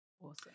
Awesome